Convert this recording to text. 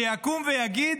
שיקום ויגיד: